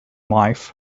life